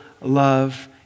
love